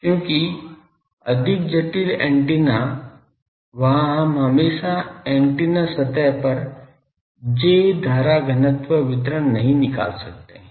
क्योंकि अधिक जटिल एंटेना वहाँ हम हमेशा एंटीना सतह पर J धारा घनत्व वितरण नहीं निकाल सकते है